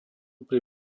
pri